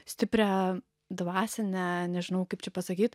stiprią dvasinę nežinau kaip čia pasakyt